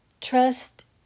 Trust